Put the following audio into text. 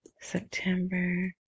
September